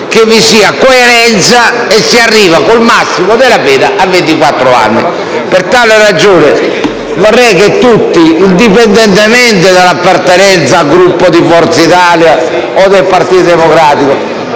che vi sia coerenza e si arrivi con il massimo della pena a ventiquattro anni. Per tale ragione, vorrei che tutti, indipendentemente dall'appartenenza ai Gruppi di Forza Italia o del Partito Democratico,